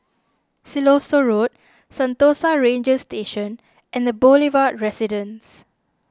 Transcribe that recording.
Siloso Road Sentosa Ranger Station and the Boulevard Residence